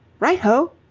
right ho!